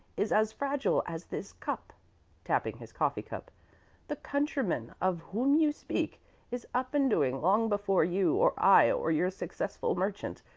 is as fragile as this cup tapping his coffee-cup. the countryman of whom you speak is up and doing long before you or i or your successful merchant,